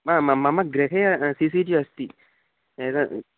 मा मम गृहे सि सि जि अस्ति यदा